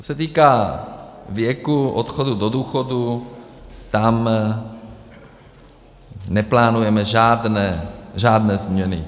Co se týká věku odchodu do důchodu, tam neplánujeme žádné změny.